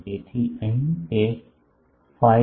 તેથી અહીં તે 5